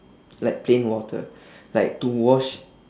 like plain water like to wash